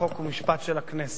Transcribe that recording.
חוק ומשפט של הכנסת.